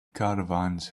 caravans